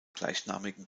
gleichnamigen